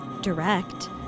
direct